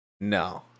No